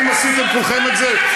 האם עשיתם כולכם את זה?